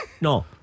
No